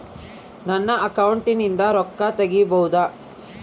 ನನ್ನ ಅಕೌಂಟಿಂದ ರೊಕ್ಕ ತಗಿಬಹುದಾ?